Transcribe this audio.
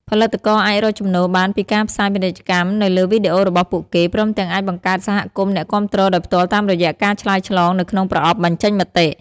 ផលិតករអាចរកចំណូលបានពីការផ្សាយពាណិជ្ជកម្មនៅលើវីដេអូរបស់ពួកគេ ព្រមទាំងអាចបង្កើតសហគមន៍អ្នកគាំទ្រដោយផ្ទាល់តាមរយៈការឆ្លើយឆ្លងនៅក្នុងប្រអប់បញ្ចេញមតិ។